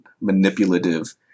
manipulative